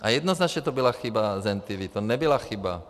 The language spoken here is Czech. A jednoznačně to byla chyba Zentivy, to nebyla chyba...